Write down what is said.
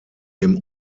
dem